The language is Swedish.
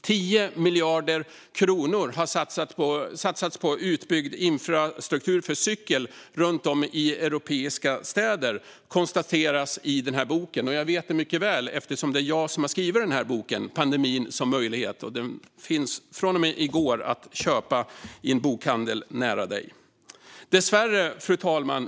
10 miljarder kronor har satsats på utbyggd infrastruktur för cykel runt om i europeiska städer, konstateras det i boken. Det vet jag mycket väl, eftersom det är jag som har skrivit boken Pandemin som möjlighet - Så blir återstarten hållbar och rättvis . Den finns sedan i går att köpa i en bokhandel nära dig. Fru talman!